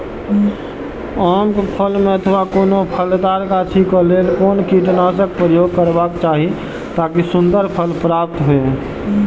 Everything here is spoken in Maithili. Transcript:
आम क फल में अथवा कोनो फलदार गाछि क लेल कोन कीटनाशक प्रयोग करबाक चाही ताकि सुन्दर फल प्राप्त हुऐ?